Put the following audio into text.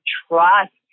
trust